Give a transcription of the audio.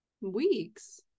Weeks